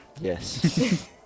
Yes